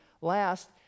last